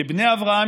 כבני אברהם,